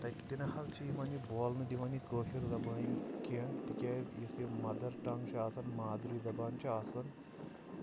تَتہِ تہِ نہ حظ چھِ یِمن یہِ بولنہٕ دِوان یہِ کٲشُر زَبٲنۍ کیٚنٛہہ تِکیازِ یُس یہِ مَدر ٹنٛگ چھِ آسان مادری زَبان چھِ آسان